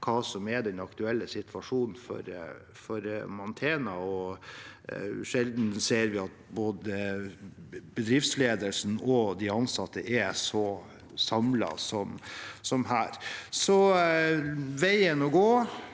hva som er den aktuelle situasjonen for Mantena. Sjelden ser vi at både bedriftsledelse og ansatte er så samlet som her. Veien å gå